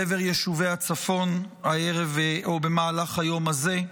עבר יישובי הצפון הערב או במהלך היום הזה.